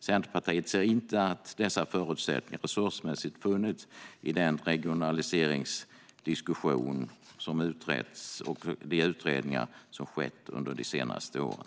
Centerpartiet anser inte att dessa förutsättningar resursmässigt har funnits i den regionaliseringsdiskussion som har förts och i de utredningar som har gjorts de senaste åren.